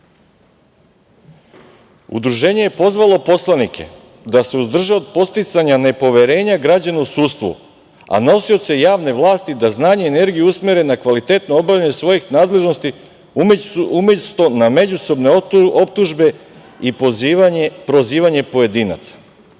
„Udruženje je pozvalo poslanike da se uzdrže od podsticanja nepoverenja građana u sudstvo, a nosioce javne vlasti da znanje i energiju usmere na kvalitetno obavljanje svojih nadležnosti, umesto na međusobne optužbe i prozivanje pojedinaca“.